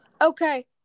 Okay